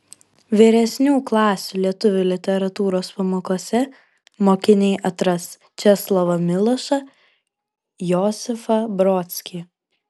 vyresnių klasių lietuvių literatūros pamokose mokiniai atras česlovą milošą josifą brodskį